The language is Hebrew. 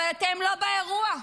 אבל אתם לא באירוע.